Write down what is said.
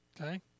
Okay